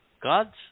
God's